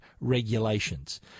Regulations